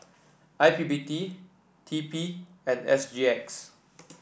I P P T T P and S G X